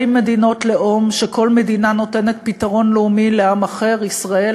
מדינות לאום וכל מדינה נותנת פתרון לאומי לעם אחר: ישראל,